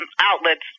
outlets